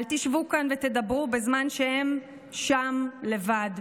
אל תשבו כאן ותדברו בזמן שהם שם לבד.